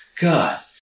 God